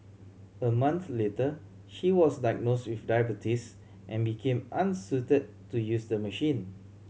a month later she was diagnosed with diabetes and became unsuited to use the machine